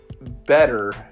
better